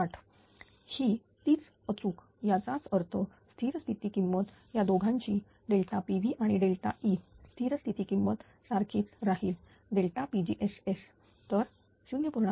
0098 ही तीच अचूक याचाच अर्थ स्थिर स्थिती किंमत या दोघांचीpV आणि E स्थिर स्थिती किंमत सारखीच राहील pgss तर 0